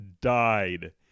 died